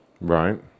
Right